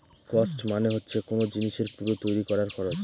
cost মানে হচ্ছে কোন জিনিসের পুরো তৈরী করার খরচ